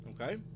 Okay